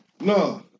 No